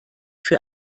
für